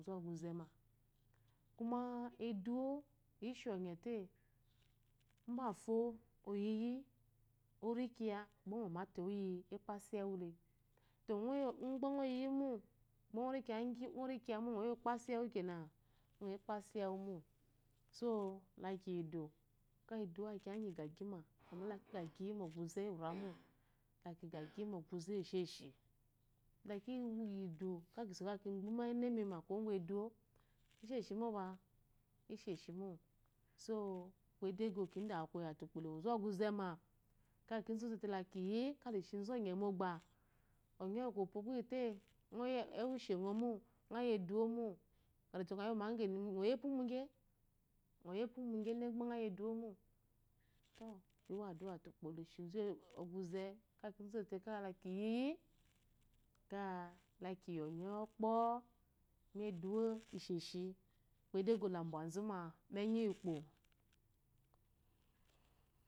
Ukpo lawuzu ogze ma kume eduwo ishinyele mbefor onyiyi orikiye gba ngo mamele oyi. ekpasu yi ewule tɔ ide gbe nho yims. ngorikiyɔ mɔ goyi ekpasu yiengukene ngo yi ekpasu yi engu mu so lakiyidu ke eduwo aku kiye gyi gyegyma amma laki gyegyiyi mɔguze wure mo laki gyagyi mɔguze wugyiyi maguze wure irro laki gyyi mɔguze wuesheshi lekiyidu laki kelakiso kigbe ummenemi ma kuwo gu eduwo isheshi mope isheshi so edego ki dewukoyete ukpo lewuzu oguzema kizutete lakiyiyi kalishizu onye mongbe onyewukopu gbeyite ewu ishingo mo ngo yi eduwomo ngo dote ngo ya omegemi ngoye epu muge ngo ya epu mige idegbe ngoyi aduwomo tɔ miwo adua te ukpo le shizu ogze ka kizu lete bdikiyiyi ka lakiyi onye wokpoo mo eduwo isheshi edego la bwezuma mu enyi yi ukpo